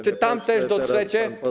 Czy tam też dotrzecie?